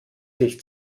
sich